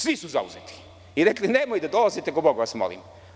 Svi su zauzeti i rekli – nemojte da dolazite, ko Boga vas molim.